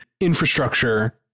infrastructure